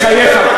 בחייך.